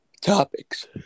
topics